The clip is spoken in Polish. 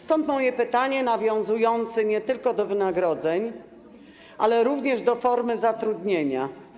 Stąd moje pytanie nawiązujące nie tylko do wynagrodzeń, ale również do formy zatrudnienia.